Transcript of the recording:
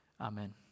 amen